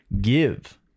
give